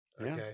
Okay